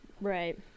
right